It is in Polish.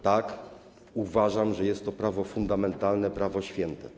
Tak, uważam, że jest to prawo fundamentalne, prawo święte.